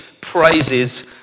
praises